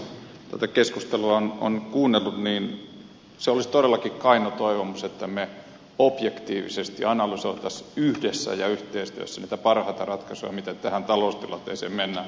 kun tätä keskustelua on kuunnellut niin olisi todellakin kaino toivomus että me objektiivisesti analysoisimme yhdessä ja yhteistyössä niitä parhaita ratkaisuja miten tähän taloustilanteeseen mennään